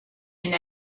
and